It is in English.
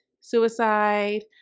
suicide